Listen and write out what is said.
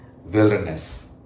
wilderness